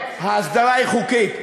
ההסדרה היא חוקית.